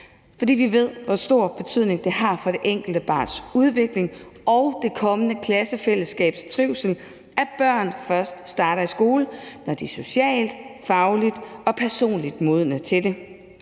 fordi vi ved, hvor stor betydning det har for det enkelte barns udvikling og det kommende klassefællesskabs trivsel, at børn først starter i skole, når de er socialt, fagligt og personligt modne til det.